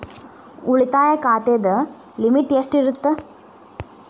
ಉಳಿತಾಯ ಖಾತೆದ ಲಿಮಿಟ್ ಎಷ್ಟ ಇರತ್ತ?